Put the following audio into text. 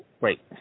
wait